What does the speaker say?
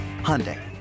Hyundai